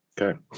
okay